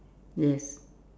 yes